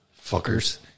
Fuckers